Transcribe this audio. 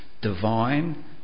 divine